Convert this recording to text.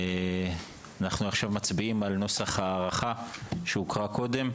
אנחנו עכשיו מצביעים על נוסח ההארכה שהוקראה קודם,